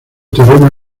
teorema